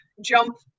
jump